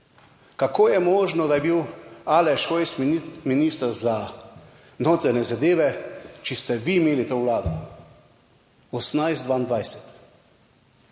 Kako je možno, da je bil Aleš Hojs minister za notranje zadeve, če ste vi imeli to vlado? 2018-2022.